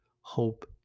hope